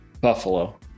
Buffalo